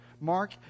Mark